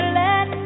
let